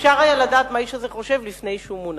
אפשר היה לדעת מה האיש הזה חושב לפני שהוא מונה.